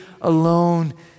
alone